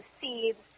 seeds